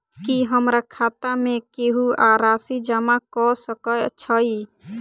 की हमरा खाता मे केहू आ राशि जमा कऽ सकय छई?